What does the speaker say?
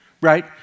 right